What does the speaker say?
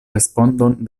respondon